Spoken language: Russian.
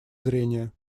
зрение